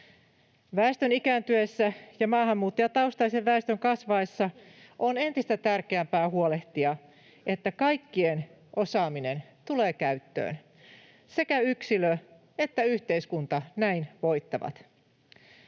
Väestön ikääntyessä ja maahanmuuttajataustaisen väestön kasvaessa on entistä tärkeämpää huolehtia, että kaikkien osaaminen tulee käyttöön. Sekä yksilö että yhteiskunta näin voittavat.